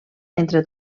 entre